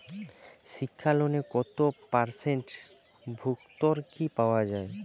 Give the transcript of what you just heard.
শিক্ষা লোনে কত পার্সেন্ট ভূর্তুকি পাওয়া য়ায়?